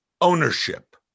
ownership